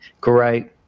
great